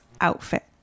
outfit